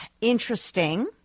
Interesting